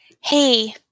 hey